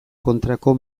kontrako